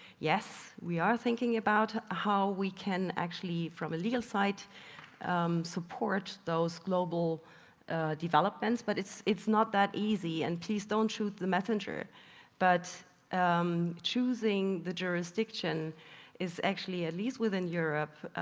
yes we are thinking about how we can actually from a legal side support those global developments but it's it's not that easy and please don't shoot the messenger but choosing the jurisdiction is actually, at least within europe,